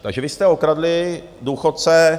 Takže vy jste okradli důchodce.